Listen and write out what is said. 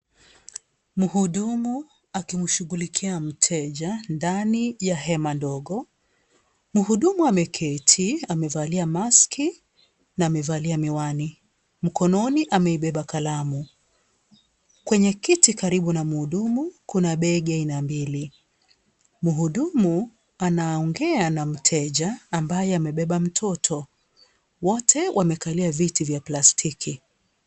Mhudumu akimshugulikia mteja ndani ya hema ndogo. Mhudumu ameketi, amevalia maski na amevalia miwani. Mkononi ameibeba kalamu. Kwenye kiti karibu na mhudumu, kuna bege aina mbili. Mhudumu anaongea na mteja ambaye amebeba mtoto, wote wamekalia viti vya plastiki.